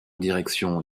direction